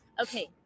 Okay